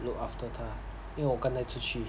look after 他因为我刚才出去